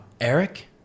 Eric